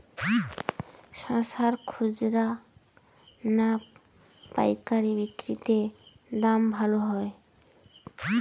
শশার খুচরা না পায়কারী বিক্রি তে দাম ভালো হয়?